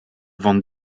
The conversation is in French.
vendent